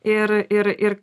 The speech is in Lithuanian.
ir ir ir